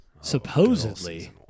supposedly